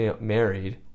married